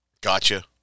Gotcha